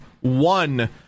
one